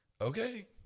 okay